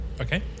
Okay